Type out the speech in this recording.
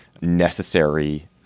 necessary